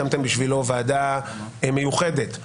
הקמתם בשבילו ועדה מיוחדת,